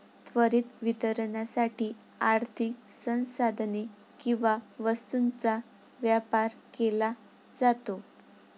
त्वरित वितरणासाठी आर्थिक संसाधने किंवा वस्तूंचा व्यापार केला जातो